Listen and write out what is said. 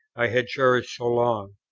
i had cherished so long.